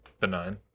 Benign